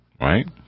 right